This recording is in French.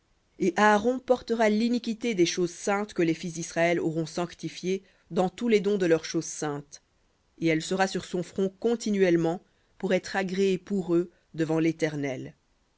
et aaron portera l'iniquité des choses saintes que les fils d'israël auront sanctifiées dans tous les dons de leurs choses saintes et elle sera sur son front continuellement pour être agréée pour eux devant l'éternel